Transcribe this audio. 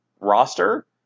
roster